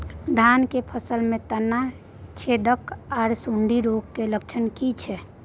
धान की फसल में तना छेदक आर सुंडी रोग के लक्षण की छै?